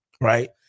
Right